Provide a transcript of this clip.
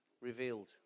revealed